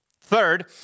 Third